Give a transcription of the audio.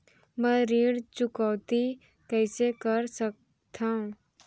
मैं ऋण चुकौती कइसे कर सकथव?